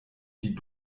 die